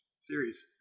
series